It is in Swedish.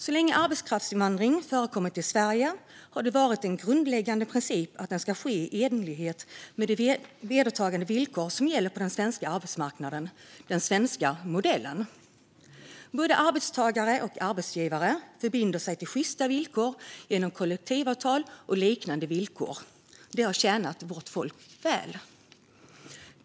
Så länge som arbetskraftsinvandring förekommit i Sverige har det varit en grundläggande princip att den ska ske i enlighet med de vedertagna villkor som gäller på den svenska arbetsmarknaden, den svenska modellen. Både arbetstagare och arbetsgivare förbinder sig till sjysta villkor genom kollektivavtal och liknande villkor. Det har tjänat vårt folk väl.